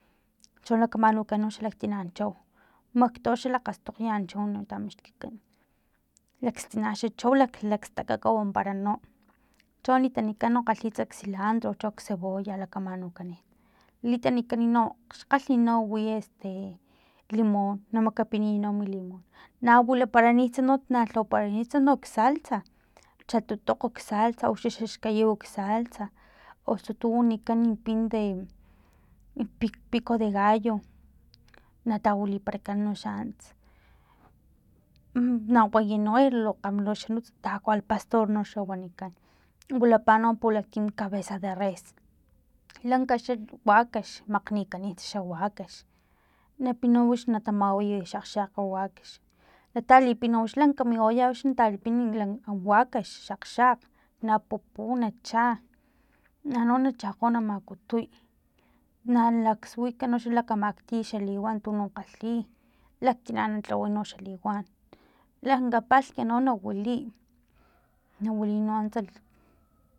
Cho na lakamaknukan xa tina chau makto xa lakgastokgma chau na tamixkikan lakstina xa chau lakstakaka chau wampara no cho na litanikants clalhitsa xsilantro cho cebolla lakamanukani litanikani no xkgalhn no wi este limon na makapiniy no mi limon na wiliparanitsa na lhawaparanitsa nok salsa xa tutukgo salsa uxa xaxkayiwa salsa osu tu wanikan pin de pico de gallo natawiliparakan noxa antsa na waya no e lu kgama xa nunts taco al pastor noxa wanikan wilapa no pulaktim cabeza de res lanka xa wakax maknikani xa wakax na pina no wix na tamaway e xakg xakga wakax na talipina wix lanka mi olla wix na talipin lakn wakax xakgxakg na pupu nacha man no na chakgo na makutuy na laksuik na lakamaktiy xa liwan tuno kgalhi laktina na lhaway no xa liwan lanka palhk no na wiliy na wiliy no antsa